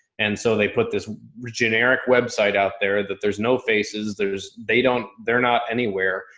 and so they put this virginia erik website out there that there's no faces. there's, they don't, they're not anywhere.